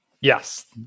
Yes